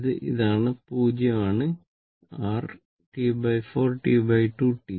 ഇത് ഇതാണ് 0 ഇതാണ് r T4 T2 T